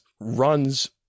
runs